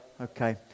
Okay